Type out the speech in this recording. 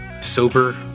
sober